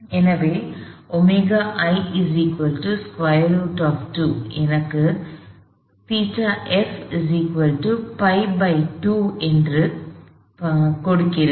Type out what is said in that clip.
எனவே எனக்கு ஐ கொடுக்கிறது